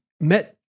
met